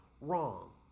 wrong